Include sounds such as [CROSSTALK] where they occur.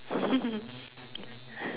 [LAUGHS]